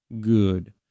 good